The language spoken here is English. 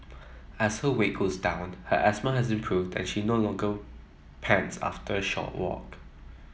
as her weight goes downed her asthma has improved and she no longer pants after a short walk